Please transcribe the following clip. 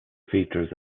features